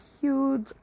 huge